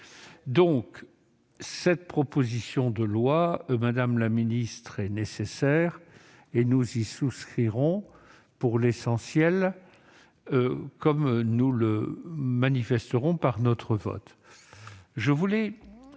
Cette proposition de loi, madame la ministre, est donc nécessaire, et nous y souscrirons pour l'essentiel, comme nous le manifesterons par notre vote.